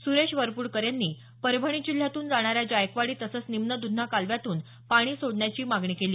सुरेश वरपूडकर यांनी परभणी जिल्ह्यातून जाणाऱ्या जायकवाडी तसंच निम्न द्धना कालव्यांतून पाणी सोडण्याची मागणी केली